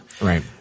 Right